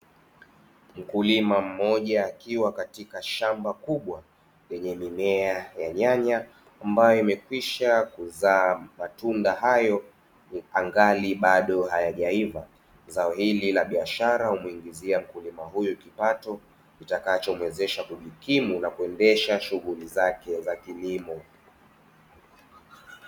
Mkulima mmoja akiwa katika shamba kubwa lenye mimea ya nyanya, ambayo imekwisha kuzaa matunda hayo angali bado hayajaiva, zao hili la biashara humuingizia mkulima huyu kipato kitakachomuwezesha kujikimu na kuendesha shughuli zake za kilimo.